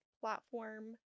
platform